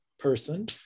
Person